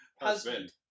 husband